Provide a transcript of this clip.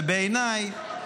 ובעיניי,